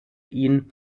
ihn